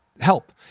help